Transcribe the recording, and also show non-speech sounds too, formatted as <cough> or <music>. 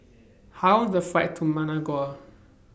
<noise> How The Flight to Managua